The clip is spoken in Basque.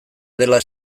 dela